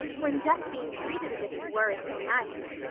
when just being treated as if you were is so nice.